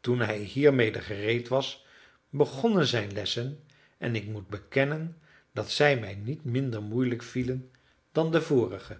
toen hij hiermede gereed was begonnen zijn lessen en ik moet bekennen dat zij mij niet minder moeielijk vielen dan de vorige